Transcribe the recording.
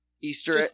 Easter